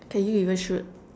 can you even shoot